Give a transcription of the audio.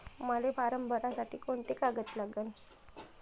मले फारम भरासाठी कोंते कागद लागन?